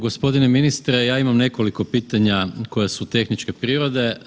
Gospodine ministre ja imam nekoliko pitanja koja su tehničke prirode.